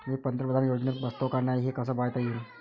मी पंतप्रधान योजनेत बसतो का नाय, हे कस पायता येईन?